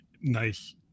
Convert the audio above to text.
nice